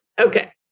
okay